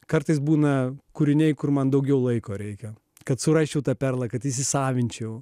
kartais būna kūriniai kur man daugiau laiko reikia kad surasčiau tą perlą kad įsisavinčiau